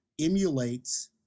emulates